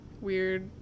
weird